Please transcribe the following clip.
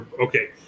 Okay